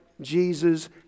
Jesus